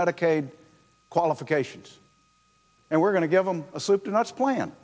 medicaid qualifications and we're going to give them a slip and that's plan